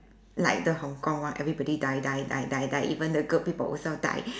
like the Hong-Kong one everybody die die die die die even the good people also die